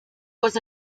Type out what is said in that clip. was